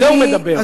על זה הוא מדבר.